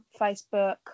facebook